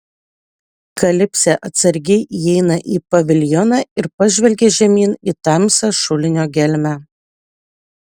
kalipsė atsargiai įeina į paviljoną ir pažvelgia žemyn į tamsią šulinio gelmę